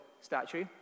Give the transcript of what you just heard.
statue